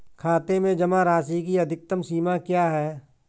खाते में जमा राशि की अधिकतम सीमा क्या है?